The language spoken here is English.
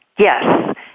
Yes